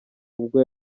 ubwo